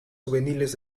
juveniles